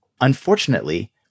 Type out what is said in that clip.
Unfortunately